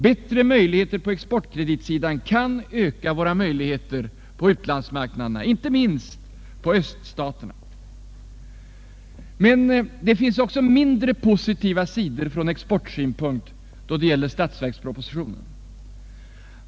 Bättre möjligheter på exportkreditsidan kan öka våra möjligheter på utlandsmarknaderna, inte minst när det gäller öststaterna. Men det finns också mindre positiva sidor från exportsynpunkt då det gäller statsverkspropositionen.